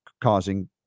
causing